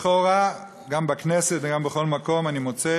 לכאורה, גם בכנסת וגם בכל מקום, אני מוצא